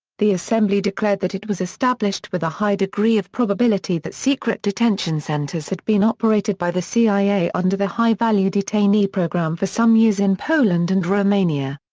the assembly declared that it was established with a high degree of probability that secret detention centres had been operated by the cia under the high value detainee program for some years in poland and romania.